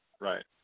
right